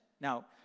Now